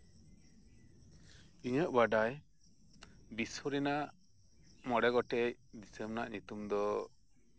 ᱤᱧᱟᱹᱜ ᱵᱟᱰᱟᱭ ᱵᱤᱥᱥᱚ ᱨᱮᱱᱟᱜ ᱢᱚᱸᱬᱮ ᱜᱚᱴᱮᱡ ᱫᱤᱥᱚᱢ ᱨᱮᱭᱟᱜ ᱧᱩᱛᱩᱢ ᱫᱚ